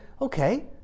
okay